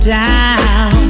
down